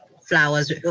flowers